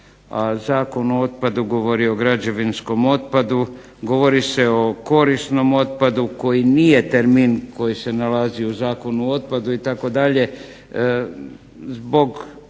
a Zakon o otpadu govori o građevinskom otpadu, govori se o korisnom otpadu koji nije termin koji se nalazi u Zakonu o otpadu itd.